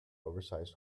oversize